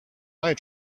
eye